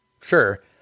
sure